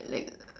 like